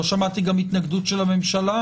גם לא שמעתי התנגדות של הממשלה